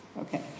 Okay